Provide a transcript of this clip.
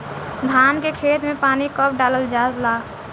धान के खेत मे पानी कब डालल जा ला?